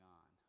on